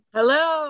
Hello